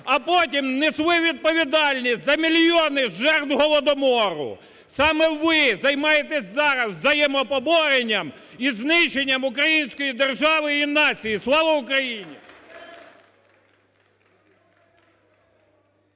а потім несли відповідальність за мільйони жертв голодомору. Саме ви займаєтесь зараз взаємопоборенням і знищенням української держави і нації. Слава Україні!